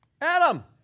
Adam